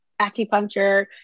acupuncture